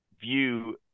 view